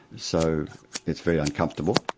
so it's very uncomfortable.